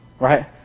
Right